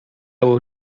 will